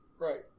Right